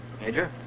Major